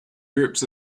groups